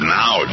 now